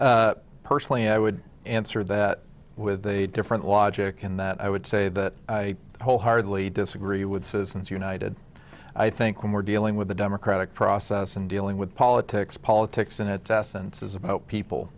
trevor personally i would answer that with a different logic in that i would say that i wholeheartedly disagree with citizens united i think when we're dealing with a democratic process and dealing with politics politics in a test sense is about people